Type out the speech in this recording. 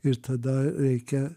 ir tada reikia